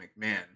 McMahon